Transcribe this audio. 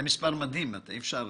זה מספר מדהים, אי אפשר